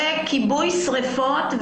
זה כיבוי שריפות.